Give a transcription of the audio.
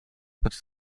nutzt